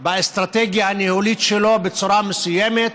באסטרטגיה הניהולית שלו, בצורה מסוימת.